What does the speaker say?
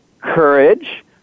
courage